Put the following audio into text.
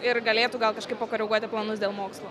ir galėtų gal kažkaip pakoreguoti planus dėl mokslo